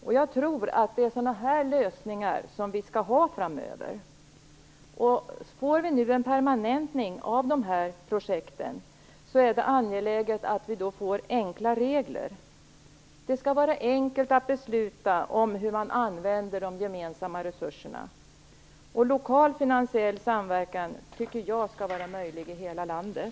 Jag tror att det är sådana lösningar som vi framöver skall ha. Får vi nu en permanentning av de här projekten är det angeläget att reglerna är enkla. Det skall vara enkelt att besluta om hur de gemensamma resurserna skall användas. Lokal finansiell samverkan tycker jag skall vara möjlig i hela landet.